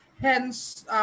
hence